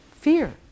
fear